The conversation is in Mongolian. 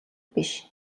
биш